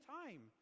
time